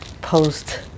post